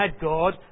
God